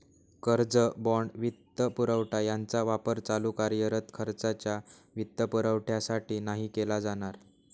कर्ज, बाँड, वित्तपुरवठा यांचा वापर चालू कार्यरत खर्चाच्या वित्तपुरवठ्यासाठी नाही केला जाणार